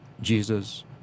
Jesus